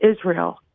Israel